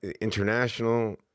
international